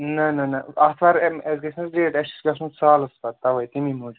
نہ نہ نہ آتھوار اَسہِ گژھ نہ حظ لیٹ اَسہِ چھِ گژھُن سالَس پَتہٕ تَوَے تمی موٗجوٗب